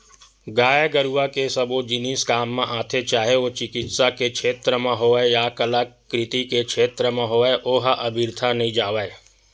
गाय गरुवा के सबो जिनिस काम म आथे चाहे ओ चिकित्सा के छेत्र म होय या कलाकृति के क्षेत्र म होय ओहर अबिरथा नइ जावय